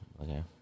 okay